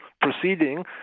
proceeding